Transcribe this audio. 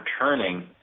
turning